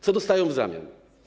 Co dostają w zamian?